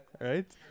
Right